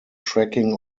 tracking